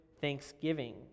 thanksgiving